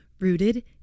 rooted